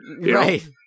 Right